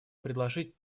предложить